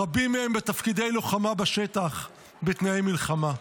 רבים מהם בתפקידי לוחמה בשטח בתנאי מלחמה.